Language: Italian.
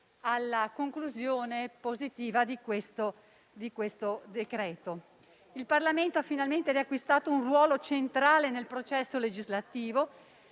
alla conclusione positiva dell'esame di questo provvedimento. Il Parlamento ha finalmente riacquistato un ruolo centrale nel processo legislativo,